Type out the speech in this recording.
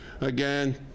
Again